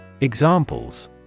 Examples